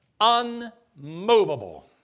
unmovable